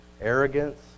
arrogance